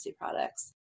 products